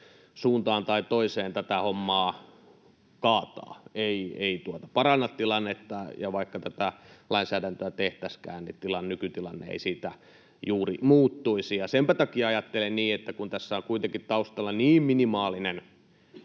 suuntaan tai toiseen tätä hommaa kaataa, ei paranna tilannetta, ja vaikka tätä lainsäädäntöä ei tehtäisikään, niin nykytilanne ei siitä juuri muuttuisi. Senpä takia ajattelen niin, että kun tässä on kuitenkin taustalla niin minimaalinen